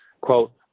Quote